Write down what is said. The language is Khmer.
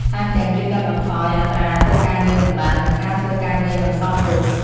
ថែមទាំង ជួយកាត់បន្ថយអត្រាធ្វើការងារមិនបាន និងការធ្វើការងារមិនសមរម្យ។